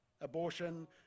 abortion